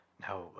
Now